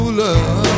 love